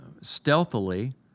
stealthily